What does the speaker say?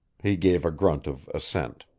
he gave a grunt of assent.